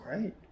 great